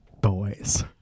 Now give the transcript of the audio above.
Boys